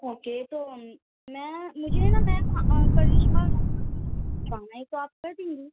okay تو میں مجھے نا میں نا کرشما تو آپ کر دیں گی